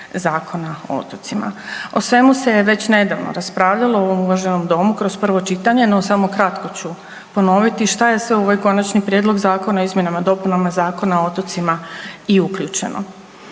O svemu se je već nedavno raspravljalo u ovom uvaženom domu kroz prvo čitanje, no samo kratko ću ponoviti šta je sve u ovaj Konačni prijedlog zakona o izmjenama i dopunama Zakona o otocima i uključeno.